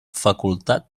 facultat